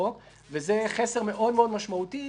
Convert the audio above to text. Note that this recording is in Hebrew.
בוקר טוב לחבריי חברי הכנסת,